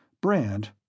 Brand